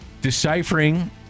deciphering